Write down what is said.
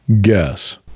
Guess